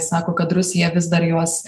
sako kad rusija vis dar juos